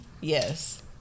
Yes